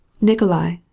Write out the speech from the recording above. Nikolai